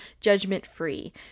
judgment-free